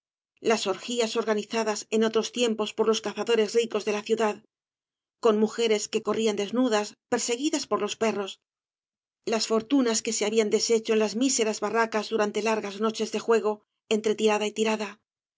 las orgías organizadas en otros tiempos por los cazadores ricos de la ciudad con mujeres que corrían desnudas perseguidas por los perros las fortunas que se habían deshecho en las míseras barracas durante largas noches de juego entre tirada y tirada